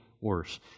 worse